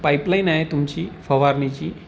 pipeline आहे तुमची फवारणीची